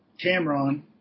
Cameron